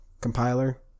compiler